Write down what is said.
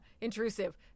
intrusive